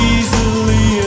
Easily